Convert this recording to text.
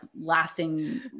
lasting